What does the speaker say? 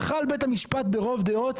יכל בית המשפט ברוב דעות,